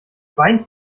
wein